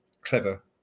clever